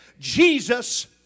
Jesus